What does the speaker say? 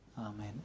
Amen